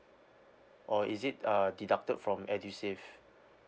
or is it uh deducted from edusave